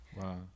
Wow